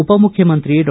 ಉಪಮುಖ್ಯಮಂತ್ರಿ ಡಾ